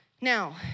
Now